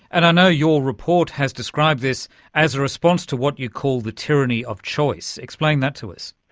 and i know your report has described this as a response to what you call the tyranny of choice. explain that to us.